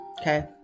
Okay